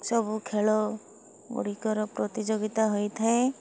ସବୁ ଖେଳଗୁଡ଼ିକର ପ୍ରତିଯୋଗିତା ହୋଇଥାଏ